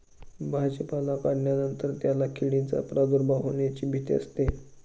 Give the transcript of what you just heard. भाजीपाला काढल्यानंतर त्याला किडींचा प्रादुर्भाव होण्याची भीती असते